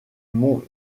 mont